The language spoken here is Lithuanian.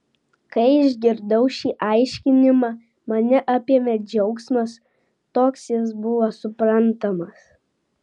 kai išgirdau šį aiškinimą mane apėmė džiaugsmas toks jis buvo suprantamas